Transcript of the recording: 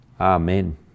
Amen